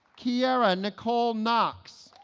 kiera nicole knox